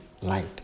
light